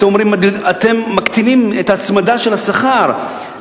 אתם מקטינים את ההצמדה של השכר,